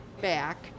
back